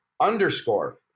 underscore